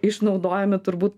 išnaudojami turbūt